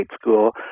school